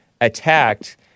attacked